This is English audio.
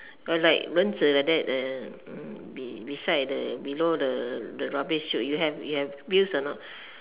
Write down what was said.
got like 轮子 like that the be~ beside the below the the rubbish chute you have you have wheels or not